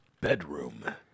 Bedroom